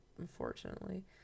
unfortunately